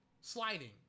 Sliding